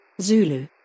Zulu